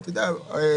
ואתה יודע,